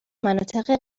مناطق